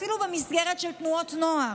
ואפילו במסגרת של תנועות נוער.